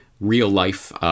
real-life